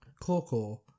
Coco